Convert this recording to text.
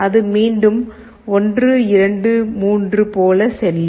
அது மீண்டும் 1 2 3 போல செல்லும்